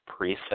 preset